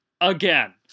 again